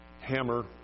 hammer